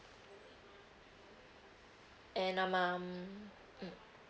and uh um mm